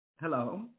Hello